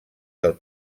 del